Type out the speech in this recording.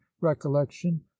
recollection